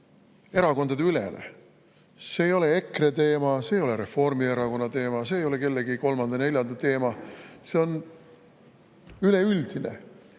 erakondadeülene. See ei ole EKRE teema, see ei ole Reformierakonna teema, see ei ole kellegi kolmanda-neljanda teema, see on üleüldine